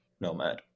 nomad